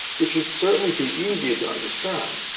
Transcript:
which would certainly be easier to understand,